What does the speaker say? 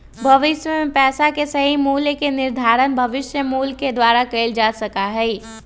भविष्य में पैसा के सही मूल्य के निर्धारण भविष्य मूल्य के द्वारा कइल जा सका हई